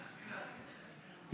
כן,